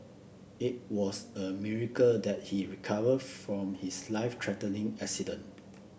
it was a miracle that he recovered from his life threatening accident